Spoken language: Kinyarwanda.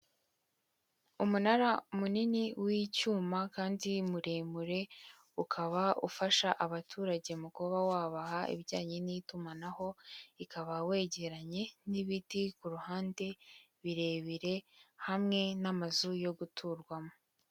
Umunara munini w'icyuma kandi muremure, ukaba ufasha abaturage mu kuba wabaha ibijyanye n'itumanaho, ikaba wegeranye n'ibiti ku ruhande birebire, hamwe n'amazu yo guturwamo.